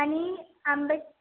आणि आंबे